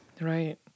Right